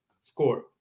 score